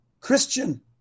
Christian